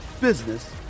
business